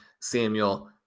Samuel